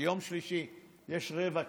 כי ביום שלישי יש רבע כנסת.